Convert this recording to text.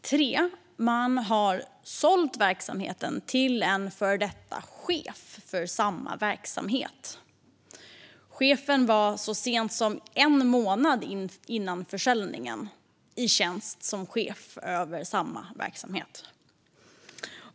För det tredje har man sålt verksamheten till en före detta chef för samma verksamhet. Chefen var så sent som en månad före försäljningen i tjänst som chef över samma verksamhet.